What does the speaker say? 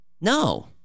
No